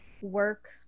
work